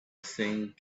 thing